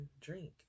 drink